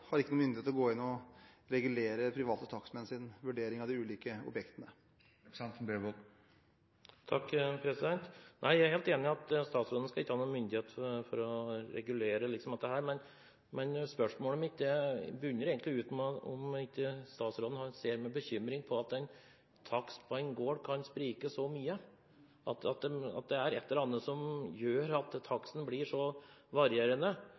har ingen myndighet til å gå inn å regulere private takstmenns vurdering av de ulike objektene. Jeg er helt enig i at statsråden ikke skal ha noen myndighet til å regulere dette. Men spørsmålet mitt bunner i om ikke statsråden ser med bekymring på at en takst på en gård kan sprike så mye. Når et eller annet gjør at taksten blir så varierende, kan det være med på å ødelegge markedet både for dem som